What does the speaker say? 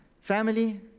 family